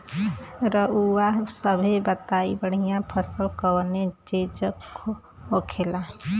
रउआ सभे बताई बढ़ियां फसल कवने चीज़क होखेला?